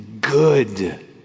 good